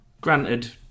Granted